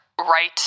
right